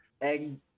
egg